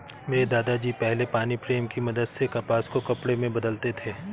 मेरे दादा जी पहले पानी प्रेम की मदद से कपास को कपड़े में बदलते थे